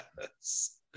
Yes